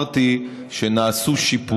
אתה אמרת שאין שיטור יתר עכשיו,